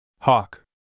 Hawk